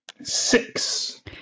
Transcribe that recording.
Six